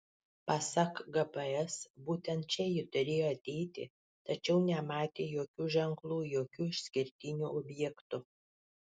pasak gps būtent čia ji turėjo ateiti tačiau nematė jokių ženklų jokių išskirtinių objektų